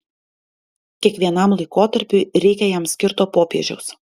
kiekvienam laikotarpiui reikia jam skirto popiežiaus